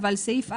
אבל סעיף (א2)